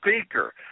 speaker